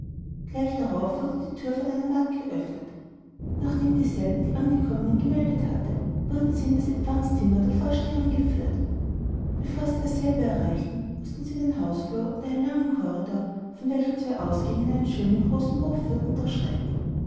gleich darauf wurde die thür von einer magd geöffnet nachdem dieselbe die angekommenen gemeldet hatte wurden sie in das empfangszimmer der vorsteherin geführt bevor sie dasselbe erreichten mußten sie den hausflur und einen langen korridor von welchem zwei ausgänge in einen schönen großen hof führten durchschreiten